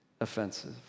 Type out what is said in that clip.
Offensive